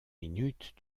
minutes